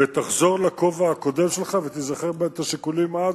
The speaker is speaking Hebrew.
ותחזור לכובע הקודם שלך ותיזכר בשיקולים אז,